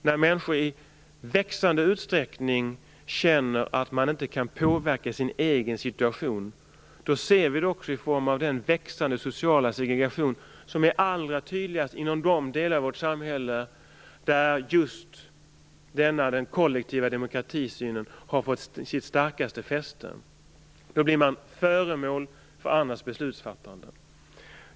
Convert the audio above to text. När människor i växande utsträckning känner att de inte kan påverka sin egen situation - det ser vi också i form av den växande sociala segregation som är allra tydligast inom de delar av vårt samhälle där den kollektiva demokratisynen har fått sina starkaste fästen - blir man föremål för andras beslutsfattande.